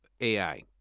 AI